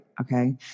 okay